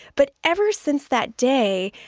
but ever since that day,